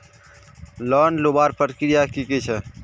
Loan लुबार प्रक्रिया की की छे?